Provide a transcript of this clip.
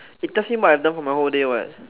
it tells me what I've done for the whole day [what]